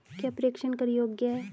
क्या प्रेषण कर योग्य हैं?